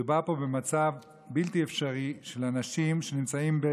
מדובר פה במצב בלתי אפשרי של אנשים שנמצאים,